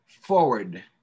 forward